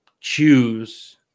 choose